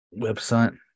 website